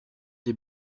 des